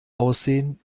aussehen